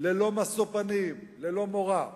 ללא משוא-פנים, ללא מורא.